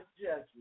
judgment